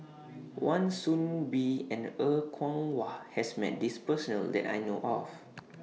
Wan Soon Bee and Er Kwong Wah has Met This Person that I know of